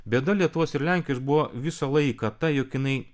bėda lietuvos ir lenkijos buvo visą laiką ta jog jinai